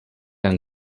and